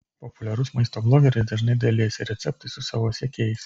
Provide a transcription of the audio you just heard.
populiarus maisto blogeris dažnai dalijasi receptais su savo sekėjais